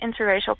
interracial